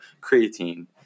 creatine